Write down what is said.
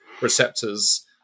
receptors